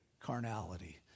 carnality